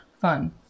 Fun